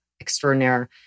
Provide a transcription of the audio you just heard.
extraordinaire